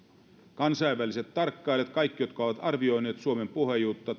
kansainväliset tarkkailijat kaikki jotka ovat arvioineet suomen